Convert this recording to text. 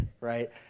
right